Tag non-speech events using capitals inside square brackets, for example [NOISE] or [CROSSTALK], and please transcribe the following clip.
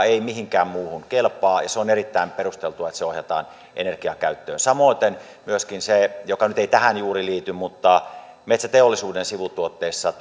[UNINTELLIGIBLE] ei mihinkään muuhun kelpaa ja on erittäin perusteltua että se ohjataan energiakäyttöön samoiten myöskin mikä nyt ei tähän juuri liity metsäteollisuuden sivutuotteissa [UNINTELLIGIBLE]